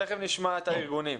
תכף נשמע את הארגונים.